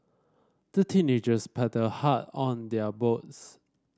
the teenagers paddled hard on their boats